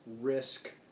risk